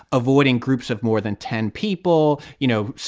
avoiding groups of more than ten people, you know,